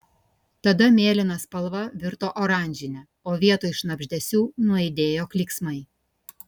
tada mėlyna spalva virto oranžine o vietoj šnabždesių nuaidėjo klyksmai